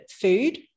food